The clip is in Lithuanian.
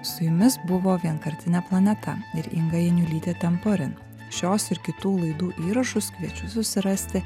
su jumis buvo vienkartinė planeta ir inga janiulytė temporin šios ir kitų laidų įrašus kviečiu susirasti